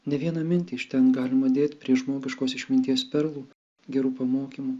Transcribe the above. ne vieną mintį iš ten galima dėt prie žmogiškos išminties perlų gerų pamokymų